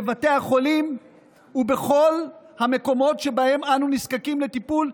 בבתי החולים ובכל המקומות שבהם אנו נזקקים לטיפול,